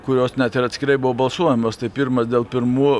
kurios net ir atskirai buvo balsuojamos tai pirmas dėl pirmų